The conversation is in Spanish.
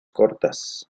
cortas